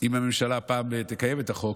אם הממשלה הפעם תקיים את החוק,